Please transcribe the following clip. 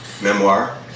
memoir